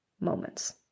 moments